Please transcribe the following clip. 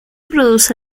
produce